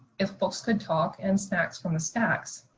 if books could talk, and snacks from the stacks.